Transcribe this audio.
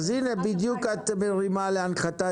אז הנה בדיוק, את מרימה להנחתה.